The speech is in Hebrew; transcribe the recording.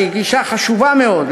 שהיא גישה חשובה מאוד,